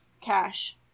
cash